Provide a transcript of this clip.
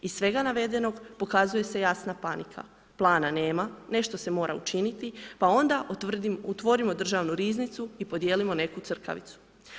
Iz svega navedenog pokazuje se jasna panika, plana nema, nešto se mora učiniti pa onda otvorimo državnu riznicu i podijelimo neku crkavicu.